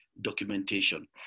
documentation